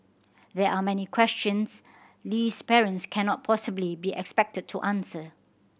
there are many questions Lee's parents cannot possibly be expected to answer